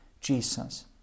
Jesus